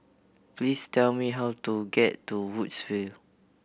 please tell me how to get to Woodsville